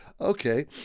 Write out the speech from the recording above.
okay